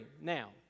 Now